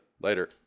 later